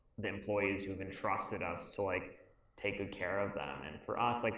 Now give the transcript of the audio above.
the employees who've entrusted us to like take good care of them. and for us, like,